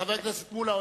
חבר הכנסת מולה,